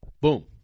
boom